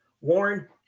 Warren